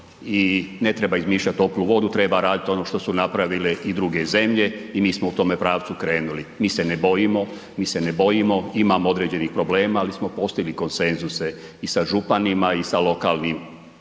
I ne treba izmišljati toplu vodu, treba raditi ono što su napravile i druge zemlje i mi smo u tome pravcu krenuli. Mi se ne bojimo, mi se ne bojimo, imamo određenih problema, ali smo postigli konsenzuse i sa županima i sa lokalnim